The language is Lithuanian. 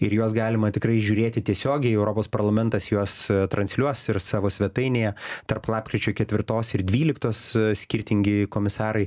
ir juos galima tikrai žiūrėti tiesiogiai europos parlamentas juos transliuos ir savo svetainėje tarp lapkričio ketvirtos ir dvyliktos skirtingi komisarai